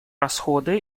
расходы